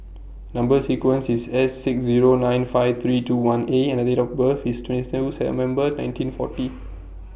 Number sequence IS S six Zero nine five three two one A and Date of birth IS nineteen forty